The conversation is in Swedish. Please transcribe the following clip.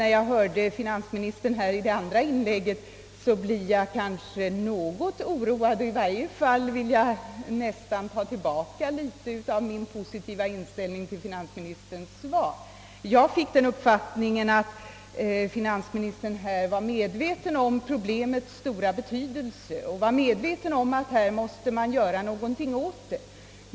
När jag hörde finansministerns andra inlägg blev jag vidare något oroad och ville i varje fall delvis ta tillbaka min positiva inställning till finansministerns svar, Jag fick av detta den uppfattningen att finansministern var medveten om problemets stora betydelse och insåg att något måste göras åt det.